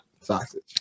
sausage